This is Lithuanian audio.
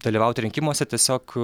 dalyvauti rinkimuose tiesiog